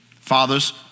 Fathers